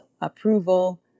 approval